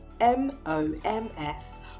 M-O-M-S